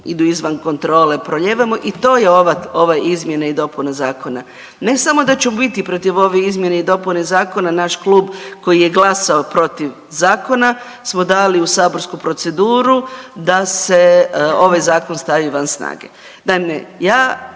idu izvan kontrole proljevamo i to je ova, ova izmjena i dopuna zakona. Ne samo da ću biti protiv ove izmjene i dopune zakona, naš klub koji je glasao protiv zakona smo dali u saborsku proceduru da se ovaj zakon stavi van snage.